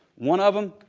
one of them,